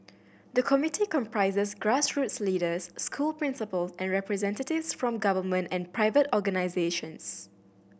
the committee comprises grassroots leaders school principal and representatives from government and private organisations